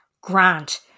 Grant